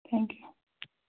thank you